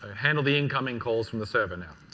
ah handle the incoming calls from the server now.